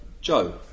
Joe